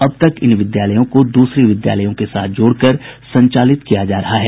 अब तक इन विद्यालयों को दूसरे विद्यालयों के साथ जोड़कर संचालित किया जा रहा था